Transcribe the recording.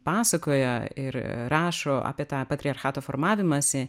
pasakoja ir rašo apie tą patriarchato formavimąsi